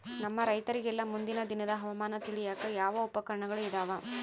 ನಮ್ಮ ರೈತರಿಗೆಲ್ಲಾ ಮುಂದಿನ ದಿನದ ಹವಾಮಾನ ತಿಳಿಯಾಕ ಯಾವ ಉಪಕರಣಗಳು ಇದಾವ?